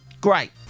great